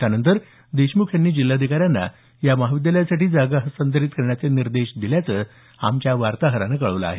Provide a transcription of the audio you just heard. त्यानंतर देशमुख यांनी जिल्हाधिकाऱ्यांना या महाविद्यालयासाठी जागा हस्तांतरित करण्याचे निर्देश दिल्याचं आमच्या वार्ताहरानं कळवल आहे